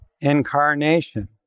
incarnation